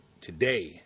today